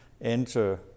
enter